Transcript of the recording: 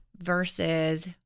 Versus